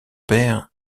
père